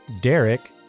Derek